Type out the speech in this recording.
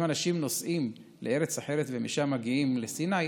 אם אנשים נוסעים לארץ אחרת ומשם מגיעים לסיני,